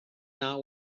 not